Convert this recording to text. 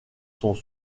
sont